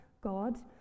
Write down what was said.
God